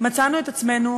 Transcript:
שמצאנו את עצמנו